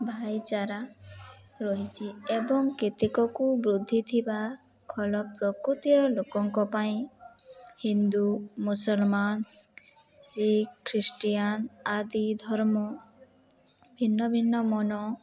ଭାଇଚାରା ରହିଛି ଏବଂ କେତିକକୁ ବୃଦ୍ଧି ଥିବା ଭଲ ପ୍ରକୃତିର ଲୋକଙ୍କ ପାଇଁ ହିନ୍ଦୁ ମୁସଲମାନ ଶିଖ ଖ୍ରୀଷ୍ଟିଆନ ଆଦି ଧର୍ମ ଭିନ୍ନ ଭିନ୍ନ ମନ